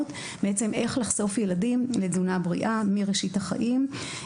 כיצד לחשוף ילדים לתזונה בריאה מראשית החיים,